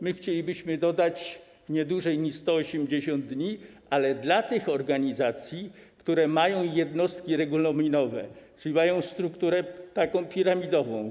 My chcielibyśmy dodać: nie dłużej niż 180 dni, ale w przypadku organizacji, które mają jednostki regulaminowe, czyli mają strukturę piramidową.